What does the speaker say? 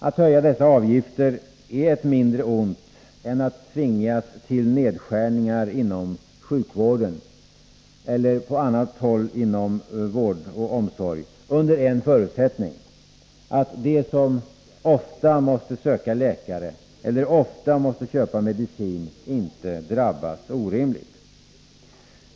Att höja dessa avgifter är ett mindre ont än att tvingas till nedskärningar inom sjukvården eller på annat håll inom vård och omsorg — under en förutsättning, att de som ofta måste söka läkare eller ofta måste köpa medicin inte drabbas orimligt.